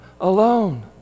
alone